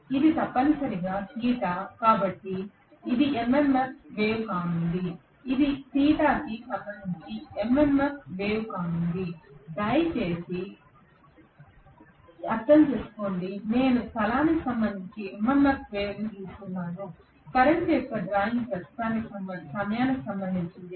ఇది తప్పనిసరిగా θ కాబట్టి ఇది MMF వేవ్ కానుంది ఇది θ కి సంబంధించి MMF వేవ్ కానుంది దయచేసి అర్థం చేసుకోండి నేను స్థలానికి సంబంధించి MMF వేవ్ను గీస్తున్నాను కరెంట్ యొక్క డ్రాయింగ్ ప్రస్తుతానికి సమయానికి సంబంధించి